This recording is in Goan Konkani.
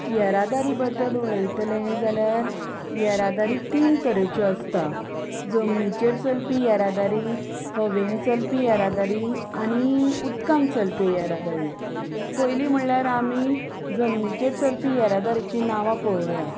येरादारी बद्दल उलयतलें जाल्यार येरादारी तीन तरेच्यो आसता जमनीचेर चलपी येरादारी हवेन चलपी येरादारी आनी उदकांत चलपी येरादारी पयलीं म्हणल्यार आमी जमनीचेर चलपी येरादारीचीं नांवां पळोवया